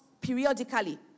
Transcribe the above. periodically